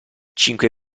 cinque